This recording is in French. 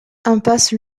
impasse